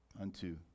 unto